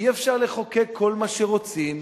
אי-אפשר לחוקק כל מה שרוצים.